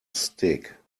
stick